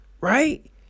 right